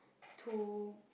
to